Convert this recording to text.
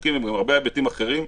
חוקים והרבה היבטים אחרים,